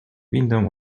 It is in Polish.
inną